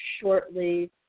shortly